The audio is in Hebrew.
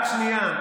רק שנייה.